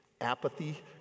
apathy